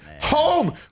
home